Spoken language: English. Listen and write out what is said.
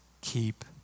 keep